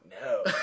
No